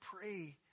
pray